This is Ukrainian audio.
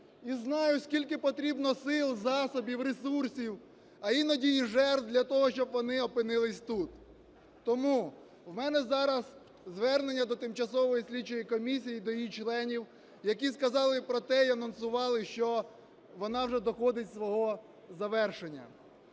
і знаю скільки потрібно сил, засобів, ресурсів, а іноді і жертв для того, щоб вони опинились тут. Тому в мене зараз звернення до тимчасової слідчої комісії і до її членів, які сказали про те, і анонсували, що вона вже доходить свого завершення.